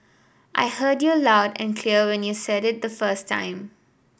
I heard you loud and clear when you said it the first time